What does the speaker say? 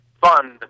fund